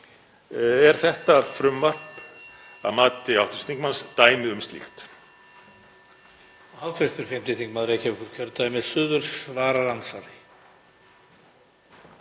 Er þetta frumvarp að mati hv. þingmanns dæmi um slíkt?